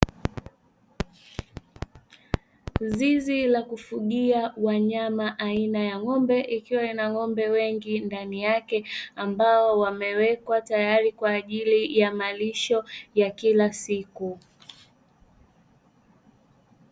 Zizi la kufugia wanyama aina ya ng'ombe likiwa lina ng'ombe wengi ndani yake, ambao wamewekwa tayari kwa ajili ya malisho ya kila siku.